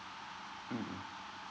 mm